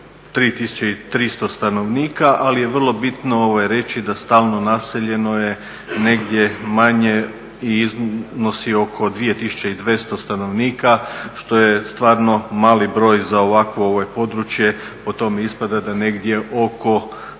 3300 stanovnika, ali je vrlo bitno reći da stalno naseljeno je negdje manje i iznosi oko 2200 stanovnika što je stvarno mali broj za ovakvo područje. Po tome ispada da negdje oko 7